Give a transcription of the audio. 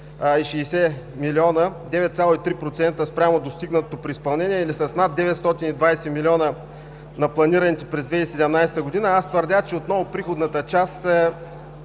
с 560 милиона, 9,3% спрямо достигнатото преизпълнение или с над 920 милиона на планираните през 2017 г., аз твърдя, че отново приходната част